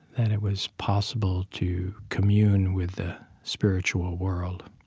and it was possible to commune with the spiritual world